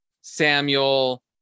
Samuel